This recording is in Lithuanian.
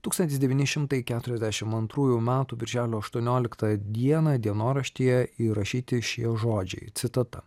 tūkstantis devyni šimtai keturiasdešim antrųjų metų birželio aštuonioliktą dieną dienoraštyje įrašyti šie žodžiai citata